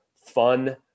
fun